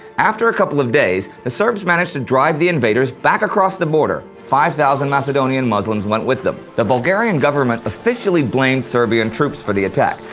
after a couple of days, the serbs managed to drive the invaders back across the border. five thousand macedonian muslims went with them. the bulgarian government officially blamed serbian troops for the attack,